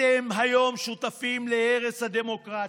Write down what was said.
אתם היום שותפים להרס הדמוקרטיה.